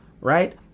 right